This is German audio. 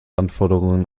anforderungen